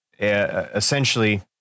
essentially